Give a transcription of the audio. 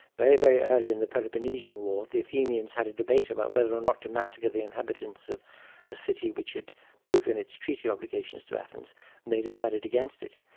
very, very early in the peloponnesian war the athenians had a debate about whether or not to massacre the inhabitants of a city which had broken its treaty obligations to athens and they decided against it.